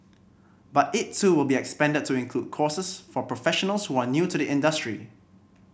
but it too will be expanded to include courses for professionals who are new to the industry